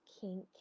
kink